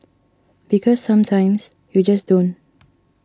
because sometimes you just don't